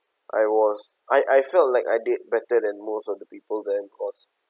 I was I I felt like I did better than most of the people then because